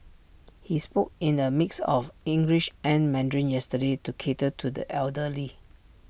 he spoke in A mix of English and Mandarin yesterday to cater to the elderly